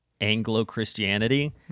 Anglo-Christianity